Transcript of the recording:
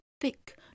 thick